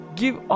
give